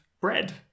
bread